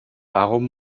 warum